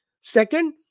Second